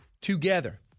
together